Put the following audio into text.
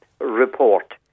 report